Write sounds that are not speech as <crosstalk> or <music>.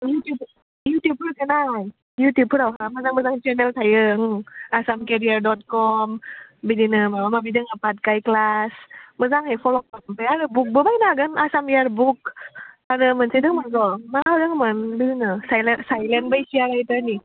YouTube इउटुबफोरखो नाय इउटुबफोरावहा मोजां मोजां चेनेल थायो आसाम केरियार डट कम बिदिनो माबा माबि दोङो पाटगाय क्लास मोजांहै फल' खामबाय आरो बुकबो बायनो हागोन आसाम इयार बुक आरो मोनसे दंमोनर' <unintelligible>